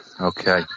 Okay